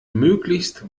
möglichst